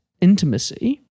intimacy